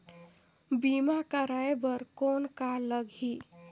बीमा कराय बर कौन का लगही?